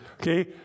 Okay